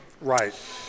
Right